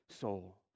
soul